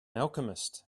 alchemist